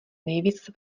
nejvíc